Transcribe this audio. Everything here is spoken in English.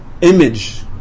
image